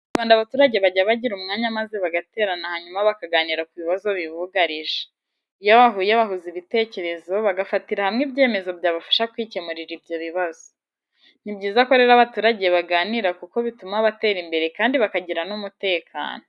Mu Rwanda abaturage bajya bagira umwanya maze bagaterana hanyuma bakaganira ku bibazo bibugarije. Iyo bahuye bahuza ibitekerezo bagafatira hamwe ibyemezo byabafasha kwikemurira ibyo bibazo. Ni byiza ko rero abaturage baganira kuko bituma batera imbere kandi bakagira n'umutekano.